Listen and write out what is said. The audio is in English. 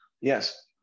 yes